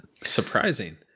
surprising